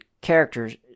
characters